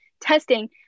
testing